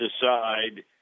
decide